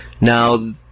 Now